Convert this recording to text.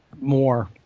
more